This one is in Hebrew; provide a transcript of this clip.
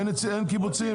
אין קיבוצים?